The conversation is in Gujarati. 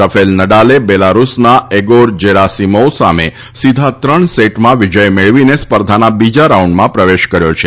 રફેલ નડાલે બેલારૂસના એગોર જેરાસીમોવ સામે સીધા ત્રણ સેટમાં વિજય મેળવીને સ્પર્ધાના બીજા રાઉન્ડમાં પ્રવેશ કર્યો છે